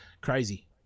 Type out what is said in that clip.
crazy